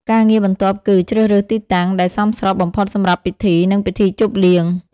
ការងារបន្ទាប់គឺ ជ្រើសរើសទីតាំង ដែលសមស្របបំផុតសម្រាប់ពិធី និងពិធីជប់លៀង។